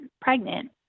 pregnant